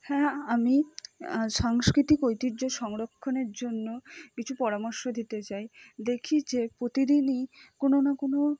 হ্যাঁ আমি সাংস্কৃতিক ঐতিহ্য সংরক্ষণের জন্য কিছু পরামর্শ দিতে চাই দেখি যে প্রতিদিনই কোনো না কোনো